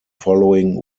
following